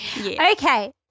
Okay